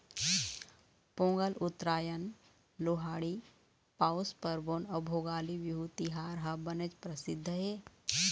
पोंगल, उत्तरायन, लोहड़ी, पउस पारबोन अउ भोगाली बिहू तिहार ह बनेच परसिद्ध हे